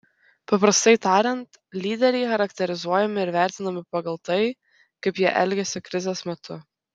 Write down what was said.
paprastai tariant lyderiai charakterizuojami ir vertinami pagal tai kaip jie elgiasi krizės metu